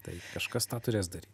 tai kažkas tą turės daryt